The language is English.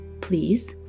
please